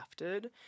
crafted